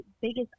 biggest